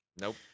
Nope